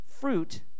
fruit